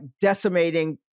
decimating